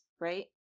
right